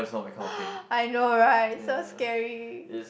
uh I know right so scary